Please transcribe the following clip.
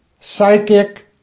psychic